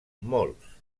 molts